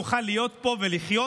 שנוכל להיות פה ולחיות,